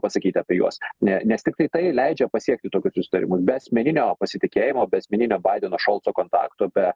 pasakyt apie juos ne nes tiktai tai leidžia pasiekti tokius susitarimus be asmeninio pasitikėjimo be asmeninio baideno šolco kontakto be